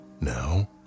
Now